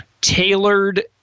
tailored